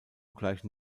gleichen